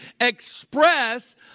express